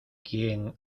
quien